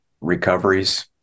recoveries